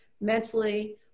mentally